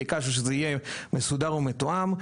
ביקשנו שזה יהיה מסודר ומתואם,